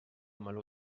meló